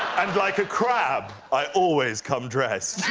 and like a crab, i always come dressed.